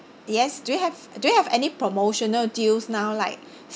yes do you have do you have any promotional deals now like